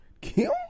Kim